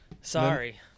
Sorry